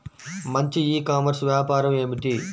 మంచి e commerce వ్యాపారం ఏమిటీ?